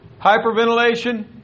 Hyperventilation